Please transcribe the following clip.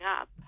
up